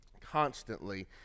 constantly